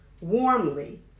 warmly